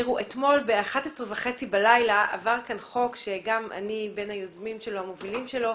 אתמול בשעה 11:30 בלילה עבר כאן חוק - גם אני בין היוזמים והמובילים שלו